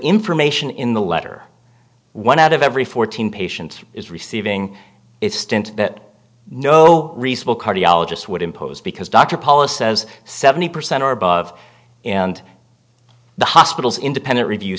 information in the letter one out of every fourteen patients is receiving it stent that no response cardiologists would impose because dr policy says seventy percent or above and the hospital's independent review